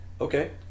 Okay